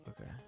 okay